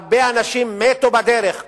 הרבה אנשים מתו בדרך,